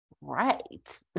Right